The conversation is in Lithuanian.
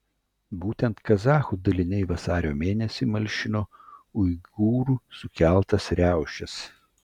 būtent kazachų daliniai vasario mėnesį malšino uigūrų sukeltas riaušes